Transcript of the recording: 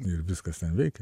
ir viskas ten veikia